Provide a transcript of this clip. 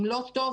אם לא טוב,